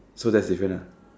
so that's different ah